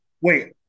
Wait